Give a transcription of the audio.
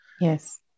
Yes